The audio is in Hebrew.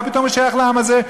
מה פתאום הוא שייך לעם הזה?